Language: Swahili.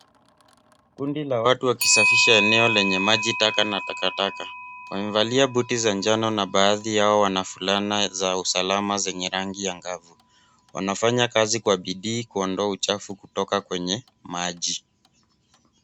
Kundi la watu wakisafisha eneo lenye maji taka na takataka. Wamevalia boot za njano na baadhi yao wana fulana za usalama zenye rangi angavu. Wanafanya kazi kwa bidii kuondoa uchafu kutoka kwenye maji.